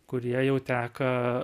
kurie jau teka